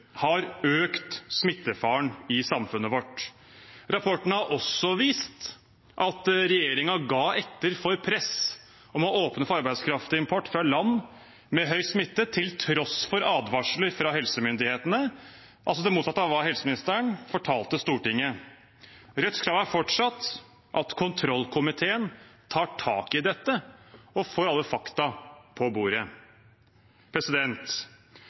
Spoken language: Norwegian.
har økt smittefaren i samfunnet vårt. Rapporten har også vist at regjeringen ga etter for press om å åpne for arbeidskraftimport fra land med høy smitte, til tross for advarsler fra helsemyndighetene – altså det motsatte av hva helseministeren fortalte Stortinget. Rødts krav er fortsatt at kontrollkomiteen tar tak i dette og får alle fakta på bordet.